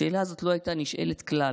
השאלה הזאת לא הייתה נשאלת כלל,